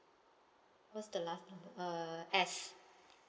what's the last number uh S